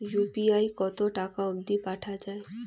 UPI কতো টাকা অব্দি পাঠা যায়?